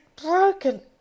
broken